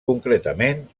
concretament